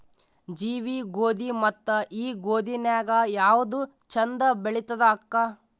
ಜವಿ ಗೋಧಿ ಮತ್ತ ಈ ಗೋಧಿ ನ್ಯಾಗ ಯಾವ್ದು ಛಂದ ಬೆಳಿತದ ಅಕ್ಕಾ?